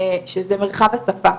שזה מרחב השפה,